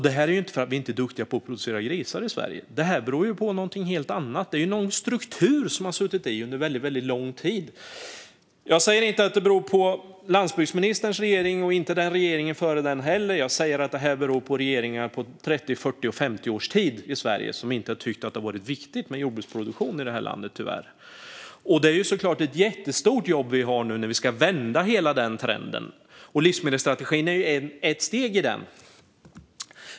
Det är inte för att vi inte är duktiga på att producera grisar i Sverige. Det beror på någonting helt annat. Det är någon struktur som har suttit i under väldigt lång tid. Jag säger inte att det beror på landsbygdsministerns regering och inte heller på regeringen före den. Det beror på regeringar under 30, 40 och 50 års tid i Sverige som tyvärr inte tyckt att det har varit viktigt med jordbruksproduktion i det här landet. Det är såklart ett jättestort jobb vi har när vi ska vända hela den trenden. Livsmedelsstrategin är ett steg i det.